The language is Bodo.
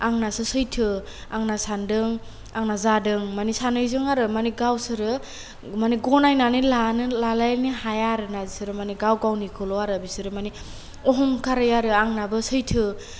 आंनासो सैथो आंना सान्दों आंना जादों माने सानैजों आरो माने गावसोरो माने गनायनानै लानो लालायनो हाया आरोना बिसोर माने गाव गावनिखौल' आरो बिसोर माने अहंखारै आरो आंनाबो सैथो